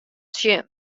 tsjin